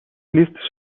لیست